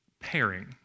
pairing